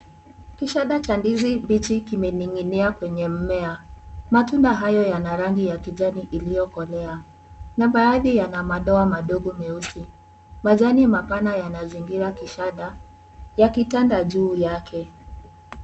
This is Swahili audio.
Kishada cha ndizi mbichi kimening'inia kwenye mmea. Matunda hayo yana rangi ya kijani iliyokolea. Na baadhi yana madoa madogo meusi. Majani ya mapana yanazingira kishada, yakitanda juu yake.